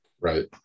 Right